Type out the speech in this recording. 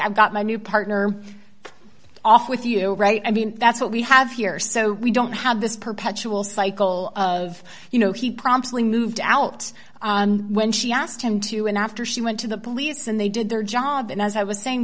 i've got my new partner off with you right i mean that's what we have here so we don't have this perpetual cycle of you know he promptly moved out when she asked him to and after she went to the police and they did their job and as i was saying